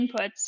inputs